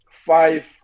five